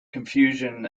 confusion